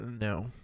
No